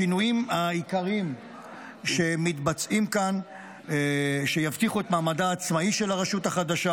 השינויים העיקריים שמתבצעים כאן יבטיחו את מעמדה העצמאי של הרשות החדשה